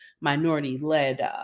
minority-led